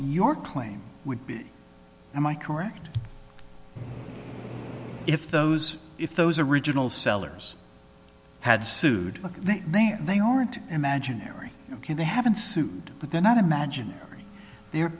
your claim would be am i correct if those if those original sellers had sued then they are they aren't imaginary can they haven't sued but they're not imaginary the